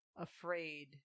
afraid